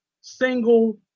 single